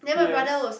yes